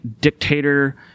dictator